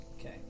Okay